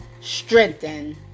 strengthen